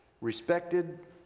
respected